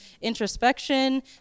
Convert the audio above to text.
introspection